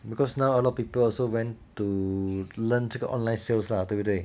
because now a lot of people also went to learn 这个 online sales 啦对不对